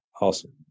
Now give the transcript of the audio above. Awesome